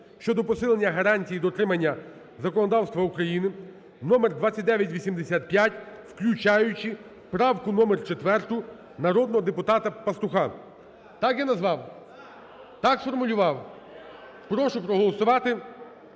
(щодо посилення гарантії дотримання законодавства України) (2985), включаючи правку № 4 народного депутата Пастуха. Так я назвав? Так сформулював? Прошу проголосувати